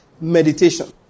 Meditation